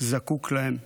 זקוק להם.